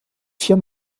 vier